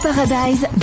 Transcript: Paradise